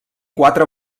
quatre